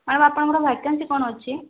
ma'am ଆପଣଙ୍କର vacancy କ'ଣ ଅଛି